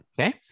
Okay